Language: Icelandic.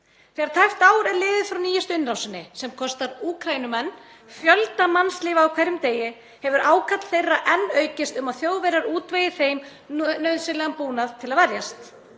Þegar tæpt ár er liðið frá nýjustu innrásinni sem kostar Úkraínumenn fjölda mannslífa á hverjum degi hefur ákall þeirra enn aukist um að Þjóðverjar útvegi þeim nauðsynlegan búnað til að verjast.